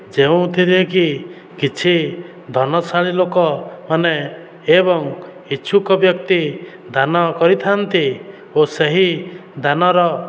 ଯେଉଁଥିରେକି କିଛି ଧନଶାଳୀ ଲୋକମାନେ ଏବଂ ଇଚ୍ଛୁକ ବ୍ୟକ୍ତି ଦାନ କରିଥାନ୍ତି ଓ ସେହି ଦାନର